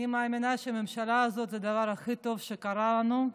אני מאמינה שהממשלה הזאת זה הדבר הכי טוב שקרה לנו,